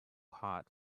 hot